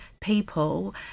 people